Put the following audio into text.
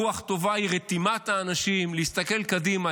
רוח טובה היא רתימת האנשים להסתכל קדימה,